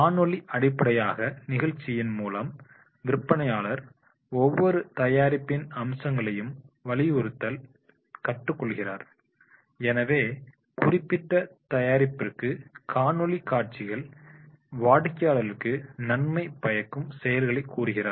காணொளி அடிப்படையான நிகழ்ச்சியின் மூலம் விற்பனையாளர் ஒவ்வொரு தயாரிப்பின் அம்சங்களையும் வலியுறுத்தல் இன் கற்றுக் கொள்கிறார் எனவே குறிப்பிட்ட தயாரிப்பிற்கு காணொளி காட்சிகள் வாடிக்கையாளருக்கு நன்மை பயக்கும் செயல்களை கூறுகிறார்